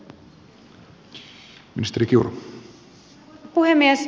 arvoisa puhemies